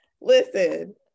Listen